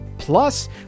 Plus